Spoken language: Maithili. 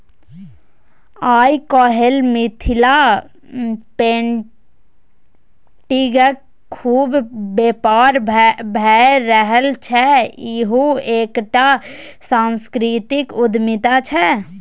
आय काल्हि मिथिला पेटिंगक खुब बेपार भए रहल छै इहो एकटा सांस्कृतिक उद्यमिता छै